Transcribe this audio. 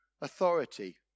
authority